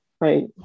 right